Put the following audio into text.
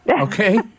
Okay